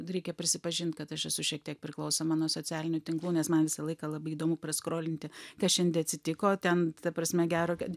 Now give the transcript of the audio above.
reikia prisipažint kad aš esu šiek tiek priklausoma nuo socialinių tinklų nes man visą laiką labai įdomu praskrolinti kas šiandie atsitiko ten ta prasme gero kad